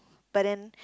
but then